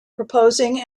proposing